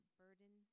burden